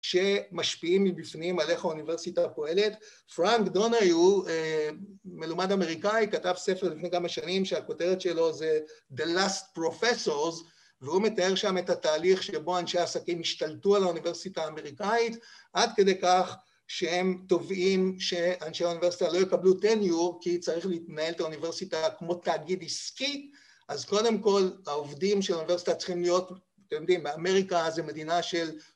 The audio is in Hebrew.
שמשפיעים מבפנים על איך האוניברסיטה פועלת. פראנק דונהיו, מלומד אמריקאי, כתב ספר לפני כמה שנים שהכותרת שלו זה The Last Professors, והוא מתאר שם את התהליך שבו אנשי העסקים השתלטו על האוניברסיטה האמריקאית, עד כדי כך שהם תובעים שאנשי האוניברסיטה לא יקבלו טניור, כי צריך לנהל את האוניברסיטה כמו תאגיד עסקי. אז קודם כל העובדים של האוניברסיטה צריכים להיות, אתם יודעים, באמריקה זה מדינה של...